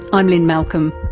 i'm lynne malcolm.